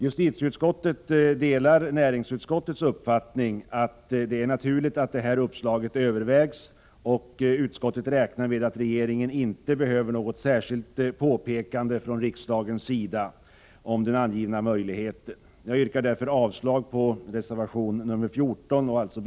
Justitieutskottet delar näringsutskottets uppfattning att det är ”naturligt att detta uppslag övervägs och räknar med att regeringen inte behöver något särskilt påpekande från riksdagens sida om den angivna Nr 135 möjligheten”.